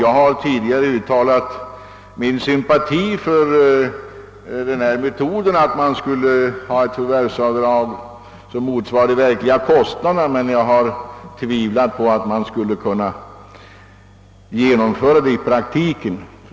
Jag har tidigare uttalat min sympati för metoden att ha ett förvärvsavdrag, som skulle motsvara de verkliga kostnaderna, men jag har tvivlat på att den skulle kunna genomföras i praktiken.